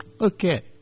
Okay